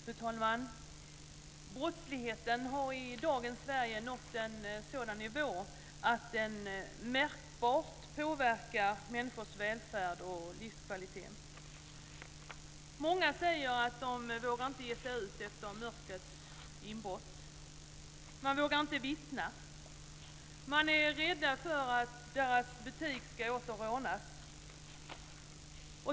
Fru talman! Brottsligheten har i dagens Sverige nått en sådan nivå att den märkbart påverkar människors välfärd och livskvalitet. Många säger att de inte vågar ge sig ut efter mörkrets inbrott. Man vågar inte vittna. Man är rädd för att ens butik ska rånas.